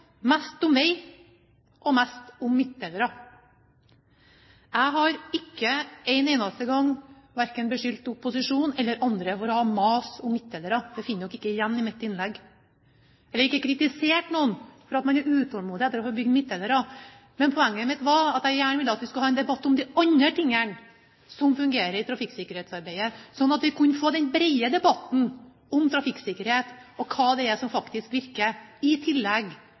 mest om vei og mest om midtdelere. Jeg har ikke en eneste gang beskyldt verken opposisjonen eller andre for å ha mast om midtdelere – det finner man ikke igjen i mitt innlegg. Jeg har heller ikke kritisert noen for at man er utålmodig etter å få bygd midtdelere. Poenget mitt var at jeg gjerne ville vi skulle ha en debatt om de andre tingene som fungerer i trafikksikkerhetsarbeidet, slik at vi kunne få den brede debatten om trafikksikkerhet og om hva som faktisk virker – i tillegg